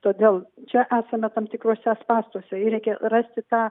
todėl čia esame tam tikruose spąstuose ir reikia rasti tą